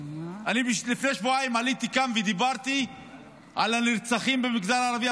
לפני שבועיים עליתי לכאן ודיברתי על הנרצחים במגזר הערבי,